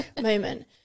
moment